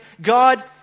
god